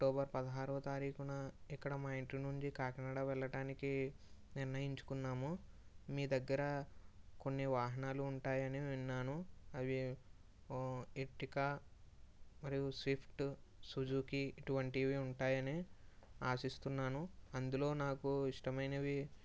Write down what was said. October పదహారవ తారీఖున ఇక్కడ మా ఇంటి నుండి కాకినాడ వెళ్ళటానికి నిర్ణయించుకున్నాము మీ దగ్గర కొన్ని వాహనాలు ఉంటాయని విన్నాను అవి ఓ ఎర్టికా మరియు షిఫ్ట్ సుజుకి ఇటువంటివి ఉంటాయని ఆశిస్తున్నాను అందులో నాకు ఇష్టమైనవి